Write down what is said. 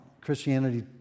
Christianity